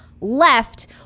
left